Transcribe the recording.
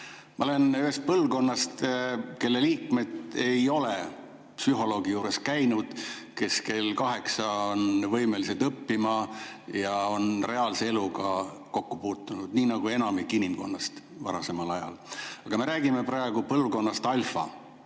Ma olen ühest põlvkonnast, kelle liikmed ei ole psühholoogi juures käinud, kes kell kaheksa on võimelised õppima ja on reaalse eluga kokku puutunud, nii nagu enamik inimkonnast varasemal ajal. Aga me räägime praegu põlvkonnast Alfa,